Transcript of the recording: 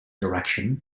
direction